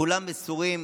כולם מסורים